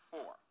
Four